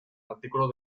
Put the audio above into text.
artículo